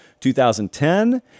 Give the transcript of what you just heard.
2010